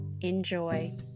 Enjoy